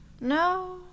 No